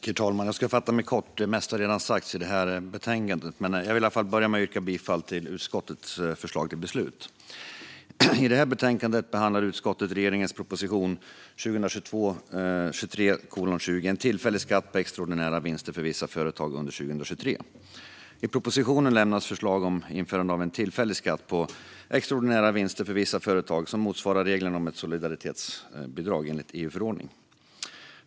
Herr talman! Jag ska fatta mig kort; det mesta har redan sagts i betänkandet. Jag vill börja med att yrka bifall till utskottets förslag till beslut. I detta betänkande behandlar utskottet regeringens proposition 2022/23:20 En tillfällig skatt på extraordinära vinster för vissa företag under 2023 . I propositionen lämnas förslag om införande av en tillfällig skatt på extraordinära vinster för vissa företag, som motsvarar reglerna om ett solidaritetsbidrag enligt EU-förordning.